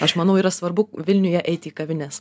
aš manau yra svarbu vilniuje eiti į kavines